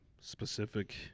specific